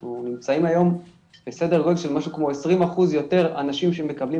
אנחנו נמצאים היום בסדר גודל של כ-20% יותר אנשים שמקבלים